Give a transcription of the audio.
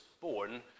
born